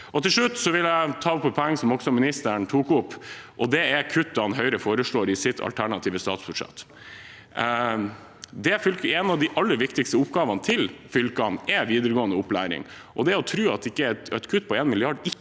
Til slutt vil jeg ta opp et poeng som også ministeren tok opp, og det er kuttene Høyre foreslår i sitt alternative statsbudsjett. En av de aller viktigste oppgavene til fylkene er videregående opplæring, og det å tro at et kutt på 1 mrd.